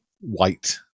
white